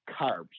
carbs